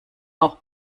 auch